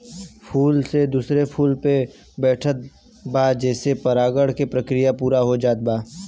फूल से दूसरा फूल पे बैठत बा जेसे परागण के प्रक्रिया पूरा हो जात बा